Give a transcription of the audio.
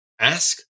ask